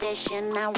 Now